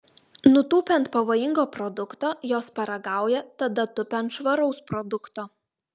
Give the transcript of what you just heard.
nutūpę ant pavojingo produkto jos paragauja tada tupia ant švaraus produkto